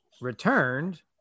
returned